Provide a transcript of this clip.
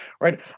right